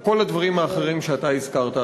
כל הדברים האחרים שאתה הזכרת,